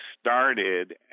started